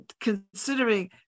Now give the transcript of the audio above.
considering